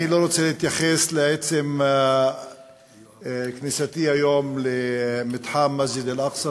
אני לא רוצה להתייחס לעצם כניסתי היום למתחם מסג'ד אל-אקצא,